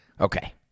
Okay